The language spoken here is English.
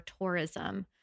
tourism